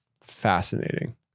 Fascinating